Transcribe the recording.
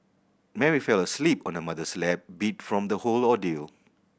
Mary fell asleep on her mother's lap beat from the whole ordeal